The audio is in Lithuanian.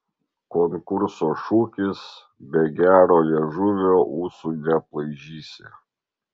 konkurso šūkis be gero liežuvio ūsų neaplaižysi